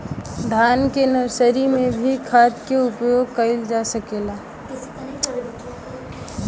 धान के नर्सरी में भी खाद के प्रयोग कइल जाला?